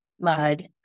mud